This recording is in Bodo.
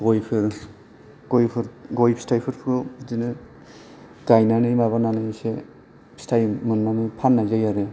गयफोर गयफोर गय फिथाइफोरखौ बिदिनो गायनानै माबानानैसो फिथाइ मोननानै फाननाय जायो आरो